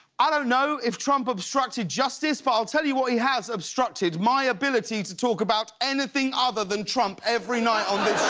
i don't know if trump obstructed justice, but i'll tell you what he has obstructed my ability to talk about anything other than trump every night on